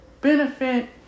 benefit